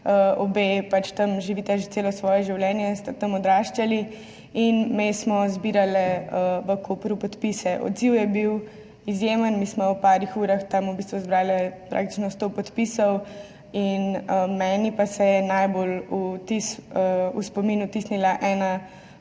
obe tam živita že celo svoje življenje, sta tam odraščali. Me smo zbirale v Kopru podpise. Odziv je bil izjemen, me smo v nekaj urah tam zbrale praktično sto podpisov, meni pa se je najbolj v spomin vtisnila ena